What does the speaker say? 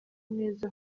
neza